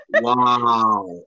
wow